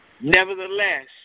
Nevertheless